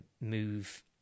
move